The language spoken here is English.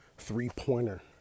three-pointer